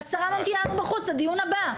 והשרה ממתינה לנו בחוץ לדיון הבא.